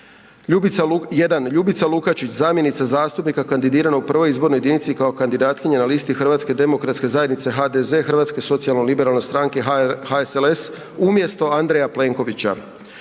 Ljubica Lukačić, zamjenica zastupnika kandidiranog u 1. izbornoj jedini kao kandidatkinja na listi Hrvatske demokratske zajednice, HDZ, Hrvatske socijalno-liberalne stranke HSLS, umjesto Andreja Plenkovića;